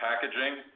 packaging